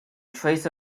trace